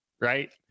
right